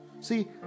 See